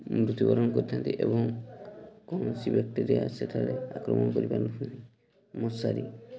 ମୃତ୍ୟୁବରଣ କରିଥାନ୍ତି ଏବଂ କୌଣସି ବ୍ୟାକ୍ଟେରିଆ ସେଠାରେ ଆକ୍ରମଣ କରିପାରୁନି ମଶାରୀ